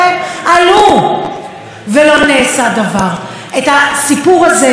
את הסיפור הזה של רצח נשים חייבים לגמור,